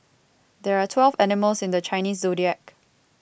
there are twelve animals in the Chinese zodiac